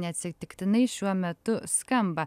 neatsitiktinai šiuo metu skamba